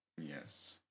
Yes